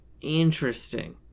Interesting